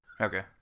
Okay